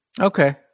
Okay